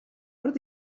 where